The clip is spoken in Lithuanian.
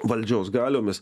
valdžios galiomis